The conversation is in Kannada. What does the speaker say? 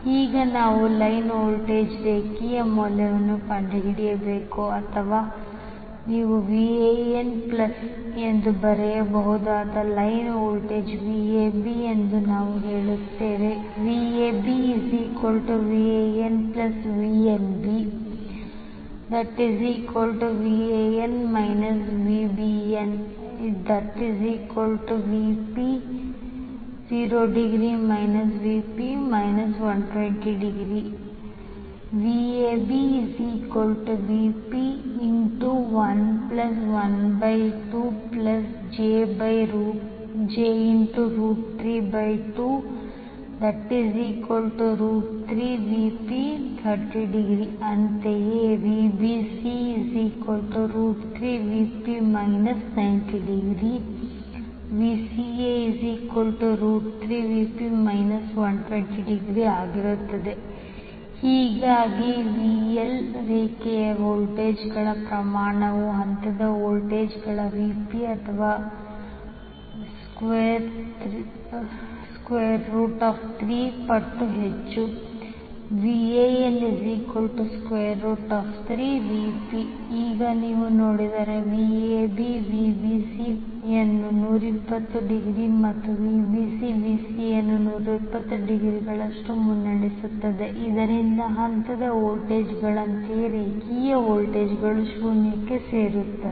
ಈಗ ನಾವು ಲೈನ್ ವೋಲ್ಟೇಜ್ಗೆ ರೇಖೆಯ ಮೌಲ್ಯವನ್ನು ಕಂಡುಹಿಡಿಯಬೇಕು ಅಥವಾ ನೀವು VAN ಪ್ಲಸ್ ಎಂದು ಬರೆಯಬಹುದಾದ ಲೈನ್ ವೋಲ್ಟೇಜ್ VAB ಎಂದು ನಾವು ಹೇಳುತ್ತೇವೆ VabVanVnbVan VbnVp∠0° Vp∠ 120° Vp112j323Vp∠30° ಅಂತೆಯೇ VbcVbnVncVbn Vcn3Vp∠ 90° VcaVcnVnaVcn Van3Vp∠ 210° ಹೀಗಾಗಿ VL ರೇಖೆಯ ವೋಲ್ಟೇಜ್ಗಳ ಪ್ರಮಾಣವು ಹಂತದ ವೋಲ್ಟೇಜ್ಗಳ VP ಅಥವಾ 3 ಪಟ್ಟು ಹೆಚ್ಚು VL3Vp ಈಗ ನೀವು ನೋಡಿದರೆ VabVbc ಯನ್ನು 120 ಮತ್ತು Vbc Vcaಅನ್ನು 120 by ರಿಂದ ಮುನ್ನಡೆಸುತ್ತದೆ ಇದರಿಂದಾಗಿ ಹಂತದ ವೋಲ್ಟೇಜ್ಗಳಂತೆ ರೇಖೆಯ ವೋಲ್ಟೇಜ್ಗಳು ಶೂನ್ಯಕ್ಕೆ ಸೇರುತ್ತವೆ